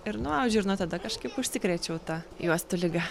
ir nuaudžiau ir nuo tada kažkaip užsikrėčiau ta juostų liga